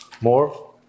More